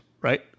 right